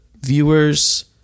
viewers